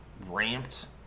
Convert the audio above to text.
ramped